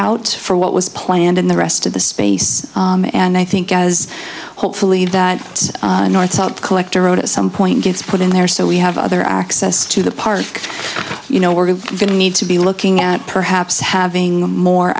layout for what was planned in the rest of the space and i think as hopefully that north south collector road at some point gets put in there so we have other access to the part you know we're going to need to be looking at perhaps having more